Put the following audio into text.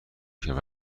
کرد